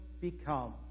become